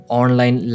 online